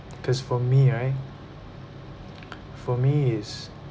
because for me right for me is